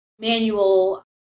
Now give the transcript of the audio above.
manual